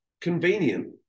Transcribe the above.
convenient